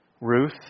Ruth